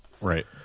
Right